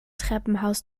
treppenhaus